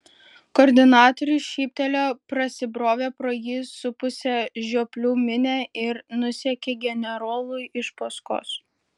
koordinatorius šyptelėjo prasibrovė pro jį supusią žioplių minią ir nusekė generolui iš paskos